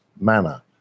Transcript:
manner